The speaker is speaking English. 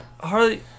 Harley